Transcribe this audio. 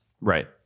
Right